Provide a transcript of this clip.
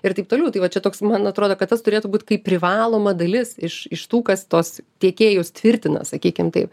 ir taip toliau tai va čia toks man atrodo kad tas turėtų būt kaip privaloma dalis iš iš tų kas tuos tiekėjus tvirtina sakykim taip